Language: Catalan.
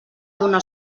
donar